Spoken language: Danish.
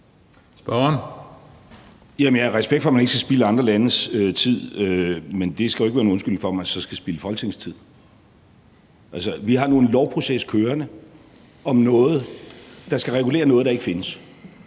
jeg har respekt for, at man ikke skal spilde andre landes tid, men det skal jo ikke være en undskyldning for, at man så skal spilde Folketingets tid. Vi har nu en lovproces kørende om noget, der skal regulere noget, der ikke findes.